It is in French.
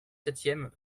septième